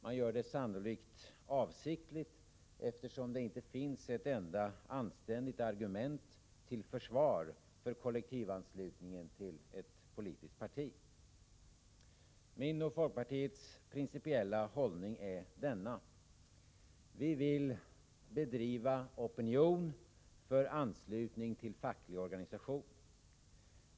Sannolikt gör man detta avsiktligt eftersom det inte finns ett enda anständigt argument till försvar för kollektivanslutningen till ett politiskt parti. Min och folkpartiets principiella hållning är denna: Vi vill bedriva opinion för anslutning till facklig organisation.